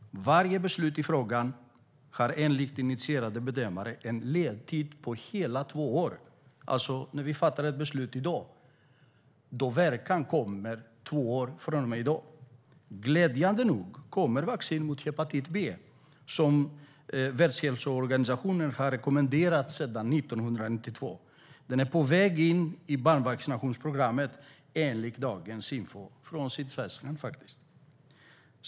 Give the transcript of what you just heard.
Varje beslut i frågan har enligt initierade bedömare en ledtid på hela två år. När vi fattar ett beslut i dag kommer alltså verkan om två år. Glädjande nog kommer vaccin mot hepatit B, vilket Världshälsoorganisationen har rekommenderat sedan 1992. Det är på väg in i barnvaccinationsprogrammet, enligt dagens info från Sydsvenskan.